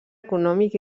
econòmic